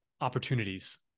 opportunities